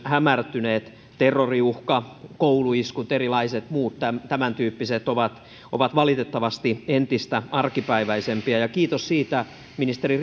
hämärtyneet terroriuhka kouluiskut erilaiset muut tämäntyyppiset ovat ovat valitettavasti entistä arkipäiväisempiä kiitos siitä ministeri